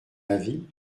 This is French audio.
avis